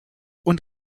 und